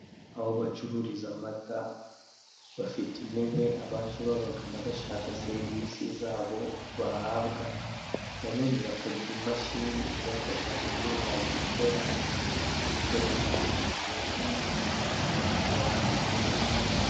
Aho bacururiza amata, bafite intebe abaje babagana bashaka serivisi zabo bahabwa, nanone bakagira imashini ibafasha gutunganya amata yabo ku buryo agumana umwimerere, abantu bakaza kuyanywa ameze neza.